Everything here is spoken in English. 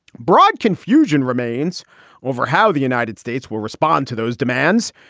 broad confusion remains over how the united states will respond to those demands.